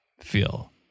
feel